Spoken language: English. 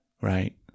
Right